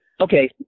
Okay